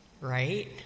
right